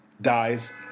Dies